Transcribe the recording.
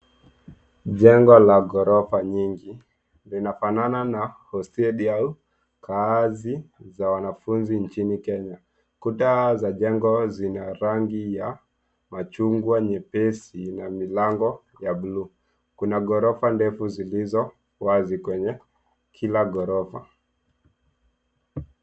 Jengo la ghorofa nyingi linafanana na hosteli au kaazi za wanafunzi nchini kenya. Kuta za jengo zina rangi ya machungwa nyepesi na milango ya bluu. Kuna ghorofa ndefu zilizowazi kwenye kila ghorofa.